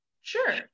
Sure